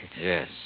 Yes